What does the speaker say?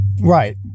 Right